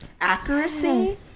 accuracy